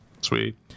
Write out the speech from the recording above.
sweet